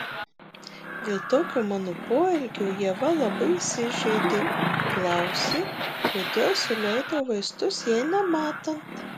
dėl tokio mano poelgio ieva labai įsižeidė klausė kodėl suleidau vaistus jai nematant